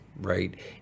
right